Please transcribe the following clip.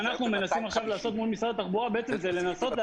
אם נגדיל את